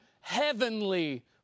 heavenly